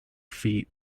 feet